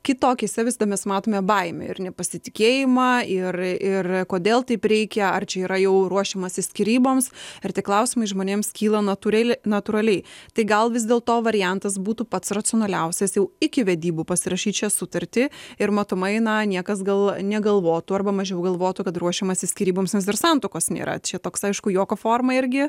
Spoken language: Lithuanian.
kito akyse mes matome baimę ir nepasitikėjimą ir ir kodėl taip reikia ar čia yra jau ruošiamasi skyryboms ir tie klausimai žmonėms kyla natūrali natūraliai tai gal vis dėlto variantas būtų pats racionaliausias jau iki vedybų pasirašyt šią sutartį ir matomai na niekas gal negalvotų arba mažiau galvotų kad ruošiamasi skyryboms nes dar santuokos nėra čia toks aišku juoko forma irgi